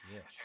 Yes